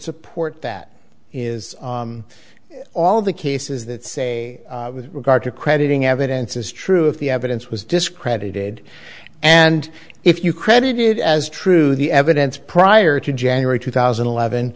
support that is all the cases that say with regard to crediting evidence is true if the evidence was discredited and if you credited as true the evidence prior to january two thousand and eleven